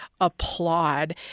applaud